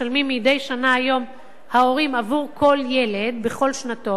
מדי שנה ההורים בעבור כל ילד בכל שנתון,